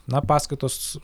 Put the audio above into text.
na paskatos